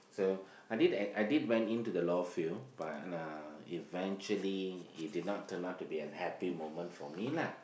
so I did I did went in to the law field but uh eventually it did not turn out to be a happy moment for me lah